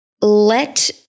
let